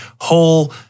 whole